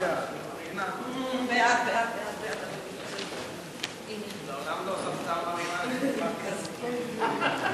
ההצעה להפוך את הצעת חוק איסור הפרעה לבחירות (תיקוני חקיקה),